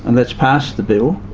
and let's pass the bill,